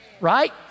right